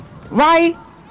Right